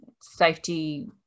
safety